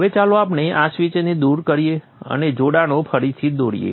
હવે ચાલો આપણે આ સ્વીચને દૂર કરીએ અને જોડાણો ફરીથી દોરીએ